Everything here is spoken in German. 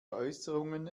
äußerungen